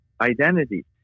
identity